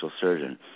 surgeon